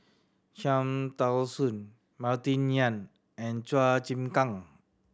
Cham Tao Soon Martin Yan and Chua Chim Kang